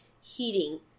heating